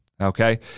okay